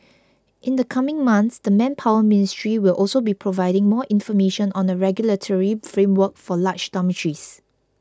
in the coming months the Manpower Ministry will also be providing more information on a regulatory framework for large dormitories